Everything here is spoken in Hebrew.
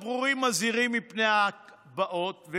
מזהירים מפני הבאות בקולות ברורים,